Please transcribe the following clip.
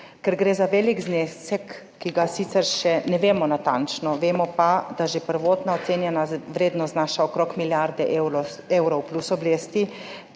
Ker gre za velik znesek, sicer ga še ne vemo natančno, vemo pa, da že prvotno ocenjena vrednost znaša okrog milijarde evrov plus obresti,